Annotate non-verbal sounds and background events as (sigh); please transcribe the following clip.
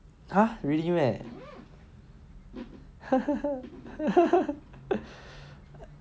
!huh! really meh (laughs)